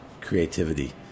creativity